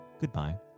goodbye